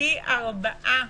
פי ארבעה